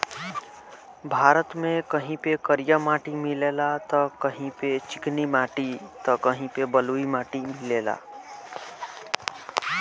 भारत में कहीं पे करिया माटी मिलेला त कहीं पे चिकनी माटी त कहीं पे बलुई माटी मिलेला